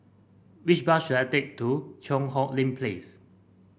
which bus should I take to Cheang Hong Lim Place